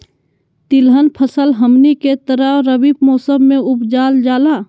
तिलहन फसल हमनी के तरफ रबी मौसम में उपजाल जाला